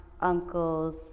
uncles